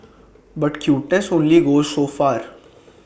but cuteness only goes so far